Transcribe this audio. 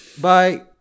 Bye